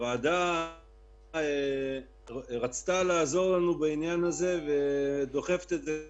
הוועדה רצתה לעזור לנו בעניין הזה ודוחפת את זה קדימה,